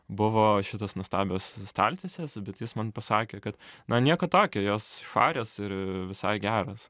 buvo šitos nuostabios staltiesės bet jis man pasakė kad na nieko tokio jos švarios ir visai geros